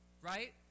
right